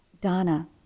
Donna